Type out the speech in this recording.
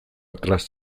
atlas